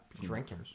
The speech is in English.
drinking